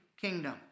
kingdom